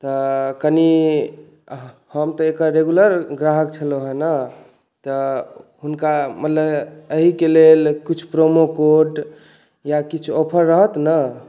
कनि हम तऽ एकर रेगुलर ग्राहक छलहुँ ने तऽ हुनका मतलब एहिके लेल किछु प्रोमो कोड या किछु ऑफर रहत ने